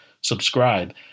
subscribe